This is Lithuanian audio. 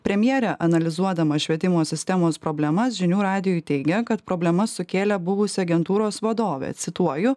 premjerė analizuodama švietimo sistemos problemas žinių radijui teigia kad problemas sukėlė buvusi agentūros vadovė cituoju